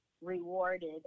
rewarded